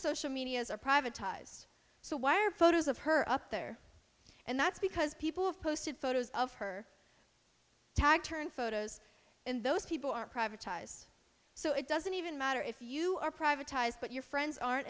social media as are privatized so why are photos of her up there and that's because people have posted photos of her tag turn photos and those people are privatized so it doesn't even matter if you are privatized but your friends aren't